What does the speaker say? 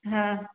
हाँ